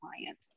client